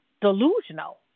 delusional